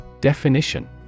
Definition